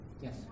Yes